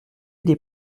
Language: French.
des